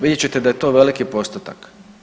Vidjet ćete da je to veliki postotak.